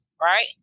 right